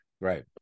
right